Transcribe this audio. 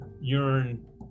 urine